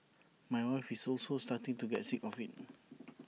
my wife is also starting to get sick of IT